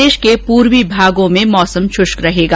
प्रदेश के पूर्वी भागों में मौसम शुष्क रहेगा